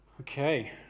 okay